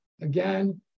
again